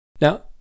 Now